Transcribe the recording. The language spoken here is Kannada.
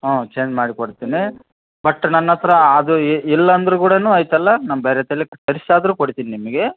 ಹಾಂ ಚೇಂಜ್ ಮಾಡಿ ಕೊಡ್ತೀನಿ ಬಟ್ ನನ್ನ ಹತ್ರ ಅದು ಇಲ್ಲಂದರೂ ಕೂಡ ಐತಲ್ಲ ನಾನು ಬೇರೆ ತರಿಸಾದ್ರು ಕೊಡ್ತೀನಿ ನಿಮಗೆ